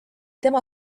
tema